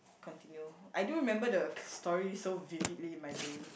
continue I do remember the story so vividly in my brain